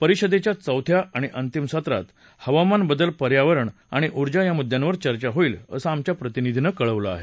परिषदेच्या चौथ्या आणि अंतिम सत्रात हवामान बदल पर्यावरण आणि ऊर्जा या मुद्यांवर चर्चा होईल असं आमच्या प्रतिनिधीनं कळवलं आहे